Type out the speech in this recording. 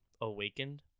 awakened